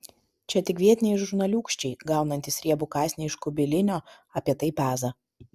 čia tik vietiniai žurnaliūkščiai gaunantys riebų kasnį iš kubilinio apie tai peza